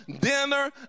dinner